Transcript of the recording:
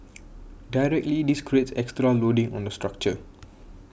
directly this creates extra loading on the structure